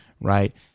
right